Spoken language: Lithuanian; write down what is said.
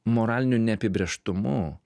moraliniu neapibrėžtumu